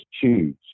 Choose